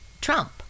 Trump